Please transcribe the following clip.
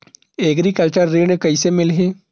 Agriculture ऋण कइसे मिलही?